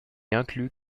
inclut